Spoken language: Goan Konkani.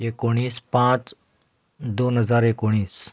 एकोणीस पांच दोन हजार एकोणीस